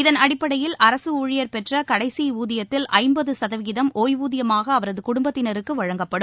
இதன் அடிப்படையில் அரசு ஊழியர் பெற்ற கடைசி ஊதியத்தில் ஐம்பது சதவீதம் ஓய்வூதியமாக அவரது குடும்பத்தினருக்கு வழங்கப்படும்